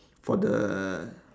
for the